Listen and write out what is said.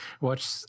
Watch